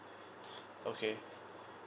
okay